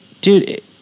dude